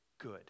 good